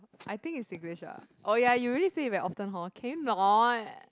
I think is Singlish lah oh ya you really said it very often hor can you not